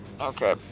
Okay